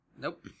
Nope